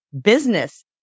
business